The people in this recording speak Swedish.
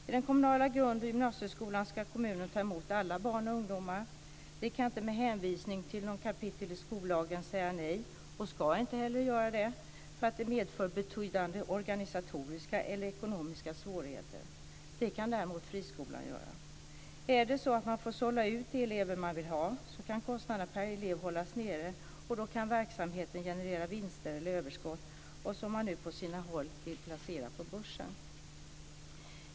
I den kommunala grund och gymnasieskolan ska kommunen ta emot alla barn och ungdomar. De kan inte med hänvisning till något kapitel i skollagen säga nej, och ska inte heller göra det, för att det medför betydande organisatoriska eller ekonomiska svårigheter. Det kan däremot friskolan göra. Är det så att man får sålla ut de elever man vill ha kan kostnaderna hållas nere. Då kan verksamheten generera vinster eller överskott - som man nu på sina håll vill placera på börsen.